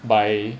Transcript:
by